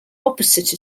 opposite